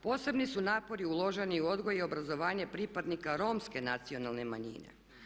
Posebni su napori uloženi u odgoj i obrazovanje pripadnika Romske nacionalne manjine.